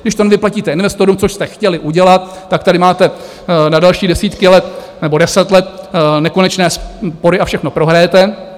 Když to nevyplatíte investorům, což jste chtěli udělat, tak tady máte na další desítky let nebo deset let nekonečné spory a všechno prohrajete.